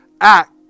act